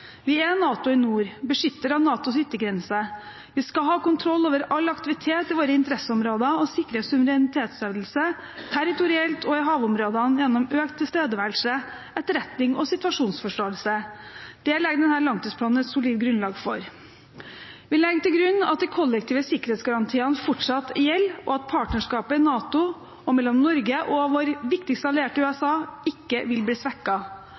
Vi er «NATO i nord», beskytter av NATOs yttergrense, vi skal ha kontroll over all aktivitet i våre interesseområder og sikre suverenitetshevdelse territorielt og i havområdene gjennom økt tilstedeværelse, etterretning og situasjonsforståelse. Det legger denne langtidsplanen et solid grunnlag for. Vi legger til grunn at de kollektive sikkerhetsgarantiene fortsatt gjelder, og at partnerskapet i NATO og mellom Norge og vår viktigste allierte, USA, ikke vil bli